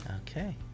Okay